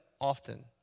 often